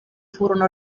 furono